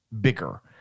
bigger